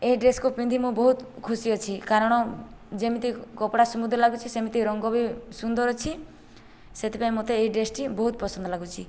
ଏହି ଡ୍ରେସକୁ ପିନ୍ଧି ମୁଁ ବହୁତ ଖୁସି ଅଛି କାରଣ ଯେମିତି କପଡ଼ା ସ୍ମୁଥ ଲାଗୁଛି ସେମିତି ରଙ୍ଗ ବି ସୁନ୍ଦର ଅଛି ସେଥିପାଇଁ ମତେ ଏହି ଡ୍ରେସଟି ବହୁତ ପସନ୍ଦ ଲାଗୁଛି